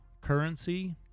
currency